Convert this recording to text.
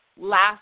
last